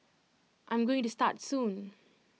I'm going to start soon